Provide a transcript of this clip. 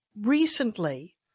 recently